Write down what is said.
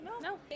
No